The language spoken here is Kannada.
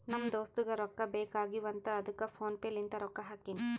ನಮ್ ದೋಸ್ತುಗ್ ರೊಕ್ಕಾ ಬೇಕ್ ಆಗೀವ್ ಅಂತ್ ಅದ್ದುಕ್ ಫೋನ್ ಪೇ ಲಿಂತ್ ರೊಕ್ಕಾ ಹಾಕಿನಿ